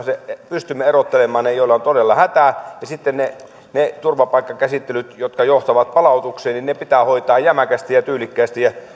pystymme erottelemaan ne joilla on todella hätä ja sitten ne turvapaikkakäsittelyt jotka johtavat palautuksiin pitää hoitaa jämäkästi ja tyylikkäästi